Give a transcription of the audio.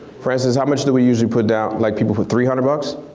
francis, how much do we usually put down? like people put three hundred bucks?